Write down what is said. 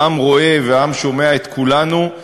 העם רואה והעם שומע את כולנו.